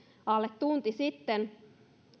alle tunti sitten